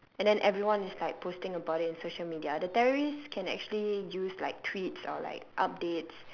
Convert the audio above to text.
and then everyone is like posting about it in social media the terrorist can actually use like tweets or like updates